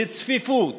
בצפיפות